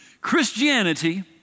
Christianity